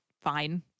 fine